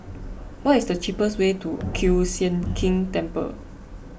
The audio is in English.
what is the cheapest way to Kiew Sian King Temple